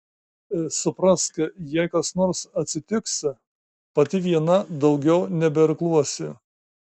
suprask jei kas nors atsitiks pati viena daugiau nebeirkluosi